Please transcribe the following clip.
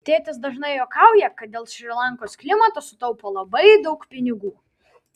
tėtis dažnai juokauja kad dėl šri lankos klimato sutaupo labai daug pinigų